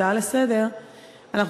הצעה לסדר-היום,